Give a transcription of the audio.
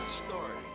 story